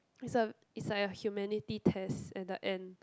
it's a it's like a humanity test at the end